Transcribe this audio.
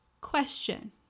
Question